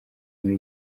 muri